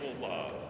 love